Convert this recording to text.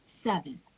seven